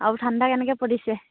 আৰু ঠাণ্ডা কেনেকে পৰিছে